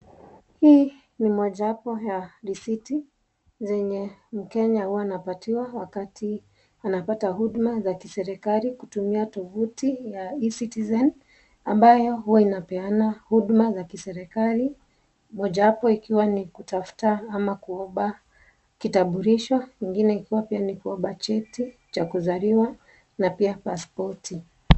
Hii, ni mojawapo ya risiti, a nye mKenya huwa anapatiwa, wakati anapata huduma za kiserekali kutumia, tuvuti, ya (cs) e-citizen (cs), ambayo huwa inapeana huduma za kiserekali, moja yao ikiwa ni kutafuta, ama kuoba kitambulisho, ingine ikiwa pia ni kuoba cheti, cha kuzaliwa, na pia paspoti.